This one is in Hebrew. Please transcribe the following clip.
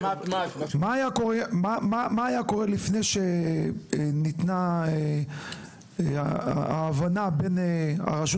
מה היה קורה לפני שניתנה ההבנה בין הרשות